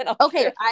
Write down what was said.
Okay